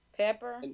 Pepper